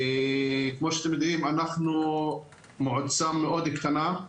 כמו שאתם יודעים אנחנו מועצה מאוד קטנה.